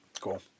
Cool